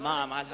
למע"מ על הפירות.